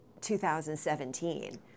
2017